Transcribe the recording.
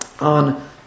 on